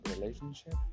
relationship